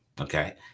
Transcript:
Okay